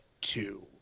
two